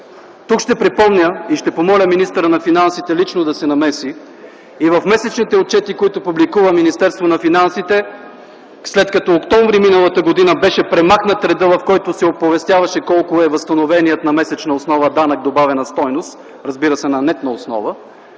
Тук ще припомня и ще помоля министърът на финансите лично да се намеси, и в месечните отчети, които публикува Министерството на финансите, след като октомври миналата година беше премахнат редът, в който се оповестяваше колко е възстановеният на месечна основа Данък добавена стойност, разбира се, на нетна основа,